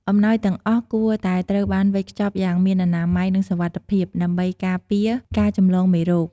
អំណោយទាំងអស់គួរតែត្រូវបានវេចខ្ចប់យ៉ាង មានអនាម័យ និងសុវត្ថិភាព ដើម្បីការពារការចម្លងមេរោគ។